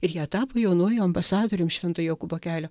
ir jie tapo jaunuoju ambasadorium švento jokūbo kelio